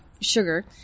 sugar